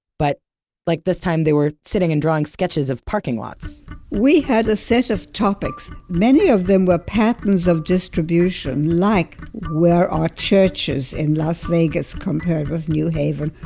but like this time they were sitting and drawing sketches of parking lots we had a set of topics. many of them were patterns of distribution. like where are churches in las vegas compared with new haven.